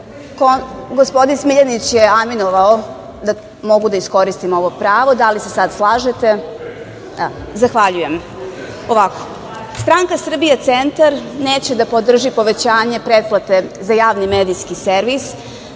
gospodin Smiljanić je aminovao da mogu da iskoristim ovo pravo. Da li se sada slažete? Zahvaljujem. Stranka Srbija - Centar neće da podrži povećanje pretplate za Javni medijski servis